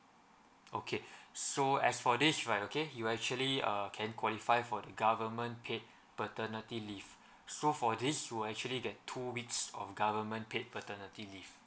okay so as for this right okay you actually err can qualify for the government paid paternity leave so for these you will actually get two weeks of government paid paternity leave